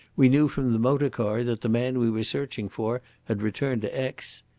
we knew from the motor-car that the man we were searching for had returned to aix.